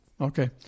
okay